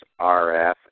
RF